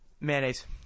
Mayonnaise